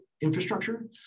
infrastructure